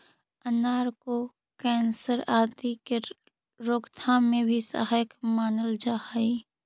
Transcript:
अनार को कैंसर आदि के रोकथाम में भी सहायक मानल जा हई